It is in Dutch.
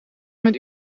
met